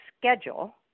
schedule